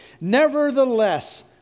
Nevertheless